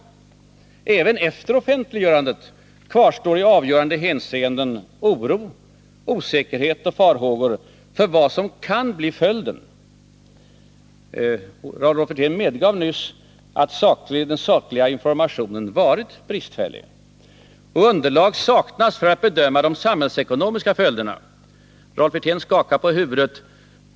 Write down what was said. Även efter offentliggörandet kvarstår i avgörande hänseenden oro, osäkerhet och farhågor för vad som kan bli följden. Rolf Wirtén medgav nyss att den sakliga informationen varit bristfällig och att underlag saknas för att bedöma de samhällsekonomiska följderna. Rolf Wirtén skakar på huvudet.